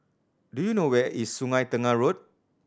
do you know where is Sungei Tengah Road